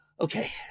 Okay